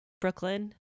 Brooklyn